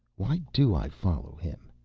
why do i follow him?